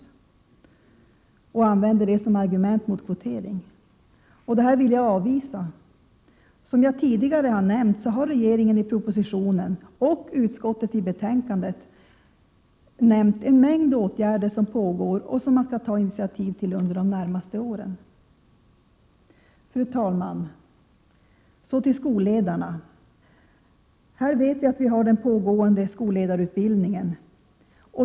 Detta använder de som ett argument mot kvotering. Jag vill avvisa påståendet. Som jag tidigare har nämnt har regeringen i propositionen och utskottet i betänkandet nämnt en mängd åtgärder, som pågår och som kommer att påbörjas under de närmaste åren. Fru talman! Så till skolledarna. Vi har den pågående skolledarutbildningen.